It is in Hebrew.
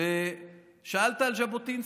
ושאלת על ז'בוטינסקי,